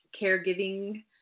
caregiving